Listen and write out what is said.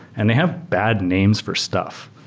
and they have bad names for stuff,